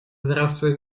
здравствует